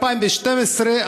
2012,